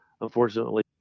unfortunately